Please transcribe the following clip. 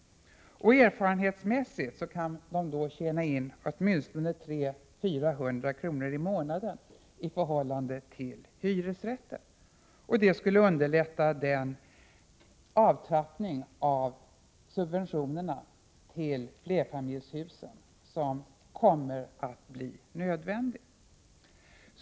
Erfarenhetsmässigt kan de då tjäna in åtminstone 300-400 kr. i månaden i förhållande till om de har hyresrätt. Det skulle underlätta den avtrappning av subventionerna till flerfamiljshusen som kommer att bli nödvändig.